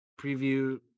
preview